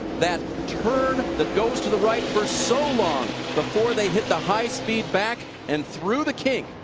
that turn that goes to the right for so long before they hit the high-speed back and through the kink.